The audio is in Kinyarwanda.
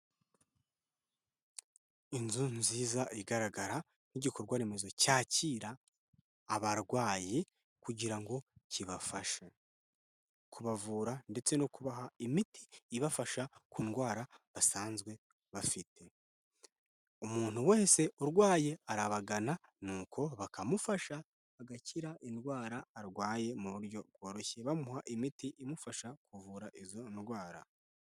Inzu nziza igaragara nk'igikorwa remezo cyakira abarwayi kugira ngo kibafashe kubavura ndetse no kubaha imiti ibafasha ku ndwara basanzwe bafite, umuntu wese urwaye arabagana nuko bakamufasha, agakira indwara arwaye mu buryo bworoshye bamuha imiti imufasha kuvura izo ndwara.